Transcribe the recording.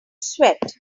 sweat